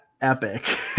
epic